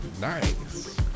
Nice